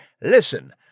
listen